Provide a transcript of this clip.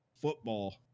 football